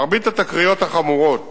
מרבית התקריות החמורות